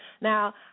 Now